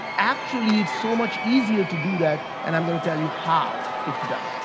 actually, it's so much easier to do that and i'm gonna tell you how it's done.